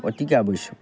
অতিকে আৱশ্যক